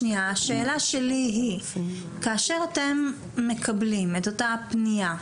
השאלה שלי היא: כאשר אתם מקבלים את אותה הפנייה,